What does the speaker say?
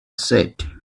said